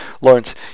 Lawrence